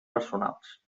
personals